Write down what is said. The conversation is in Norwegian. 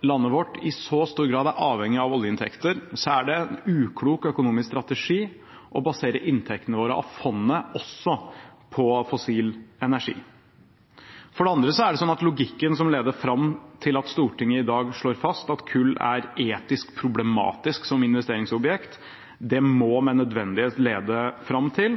landet vårt i så stor grad er avhengig av oljeinntekter, er det en uklok økonomisk strategi å basere inntektene våre av fondet også på fossil energi. For det andre er det sånn at logikken som leder fram til at Stortinget i dag slår fast at kull er etisk problematisk som investeringsobjekt, med nødvendighet må lede fram til